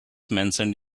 mentioned